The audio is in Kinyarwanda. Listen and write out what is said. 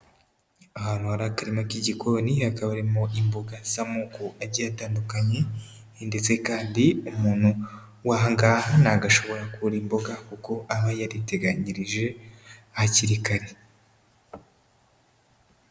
Ahantu hari akarima k'igikoni, hakaba harimo imboga z'amoko agiye atandukanye ndetse kandi umuntu waha ngaha ntabwo ashobora kubura imboga kuko aba yariteganyirije hakiri kare.